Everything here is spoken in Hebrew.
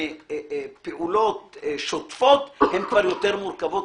מפעולות שוטפות הן כבר יותר מורכבות.